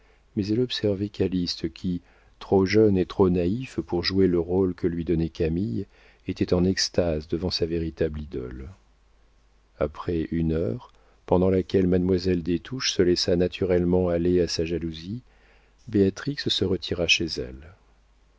mais elle observait calyste qui trop jeune et trop naïf pour jouer le rôle que lui donnait camille était en extase devant sa véritable idole après une heure pendant laquelle mademoiselle des touches se laissa naturellement aller à sa jalousie béatrix se retira chez elle